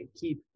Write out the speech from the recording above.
keep